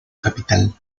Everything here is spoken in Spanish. capital